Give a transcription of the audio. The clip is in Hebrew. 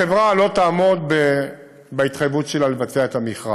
החברה לא תעמוד בהתחייבות שלה לבצע את המכרז.